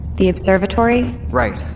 the observatory? right.